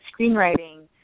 screenwriting